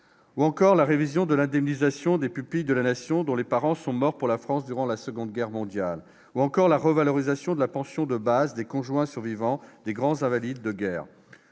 encore à la révision de l'indemnisation des pupilles de la Nation dont les parents sont morts pour la France durant la Seconde Guerre mondiale, ou bien à la revalorisation de la pension de base des conjoints survivants des grands invalides de guerre.